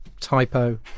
typo